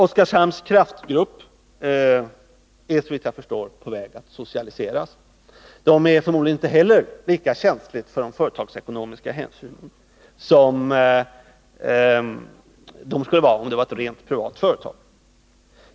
Oskarshamns kraftgrupp är såvitt jag förstår på väg att socialiseras. Den är förmodligen inte heller lika känslig för de företagsekonomiska hänsynen som den skulle vara om det var ett rent privat företag.